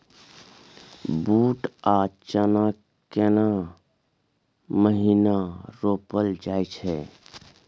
बूट आ चना केना महिना रोपल जाय छै?